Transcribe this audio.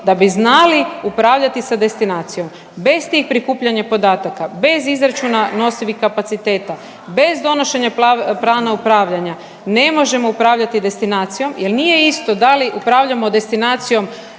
da bi znali upravljati sa destinacijom. Bez tih prikupljanja podataka, bez izračuna nosivih kapaciteta, bez donošenja plana upravljanja ne možemo upravljati destinacijom jel nije isto da li upravljamo destinacijom